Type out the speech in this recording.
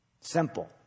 simple